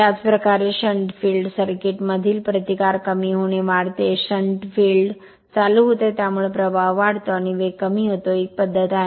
त्याच प्रकारे shunt field circuit मधील प्रतिकार कमी होणे वाढते शंट फील्ड चालू होते त्यामुळे प्रवाह वाढतो आणि वेग कमी होतो ही एक पद्धत आहे